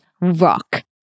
rock